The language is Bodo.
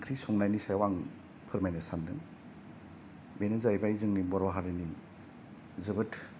ओंख्रि संनायनि सायाव आं फोरमायनो सादों बेनो जायैबाय जोंनि बर'हारिनि जोबोथ